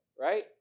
right